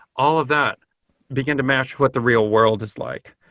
all of that begin to match what the real world is like.